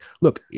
Look